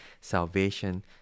salvation